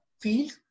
field